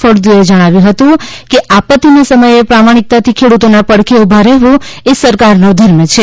ફળદુએ જણાવ્યું હતું કે આપત્તિના સમયે પ્રામાણિક્તાથી ખેડૂતોના પડખે ઊભા રહેવું એ સરકારનો ધર્મ છે